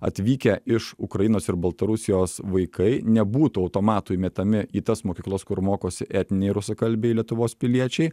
atvykę iš ukrainos ir baltarusijos vaikai nebūtų automatu įmetami į tas mokyklas kur mokosi etniniai rusakalbiai lietuvos piliečiai